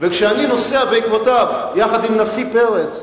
וכשאני נוסע בעקבותיו, יחד עם הנשיא פרס,